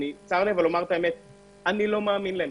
צר לי לומר אבל אני לא מאמין להם,